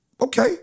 Okay